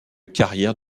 carrière